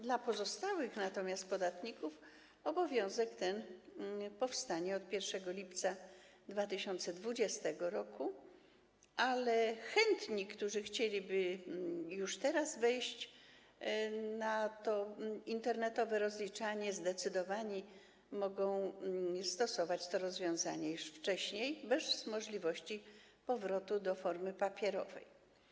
Dla pozostałych natomiast podatników obowiązek ten powstanie od 1 lipca 2020 r., ale chętni, ci, którzy chcieliby już teraz przejść na to internetowe rozliczanie, zdecydowani, mogą stosować te rozwiązanie już wcześniej, bez możliwości powrotu do formy papierowej.